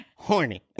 Horny